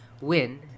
Win